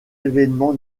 événements